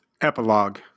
Epilogue